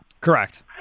Correct